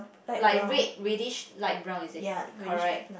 like red reddish light brown is it